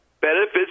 benefits